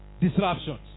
disruptions